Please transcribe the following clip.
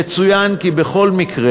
יצוין כי בכל מקרה,